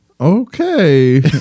Okay